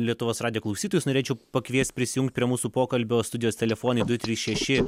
lietuvos radijo klausytojus norėčiau pakviest prisijungt prie mūsų pokalbio studijos telefonai du trys šeši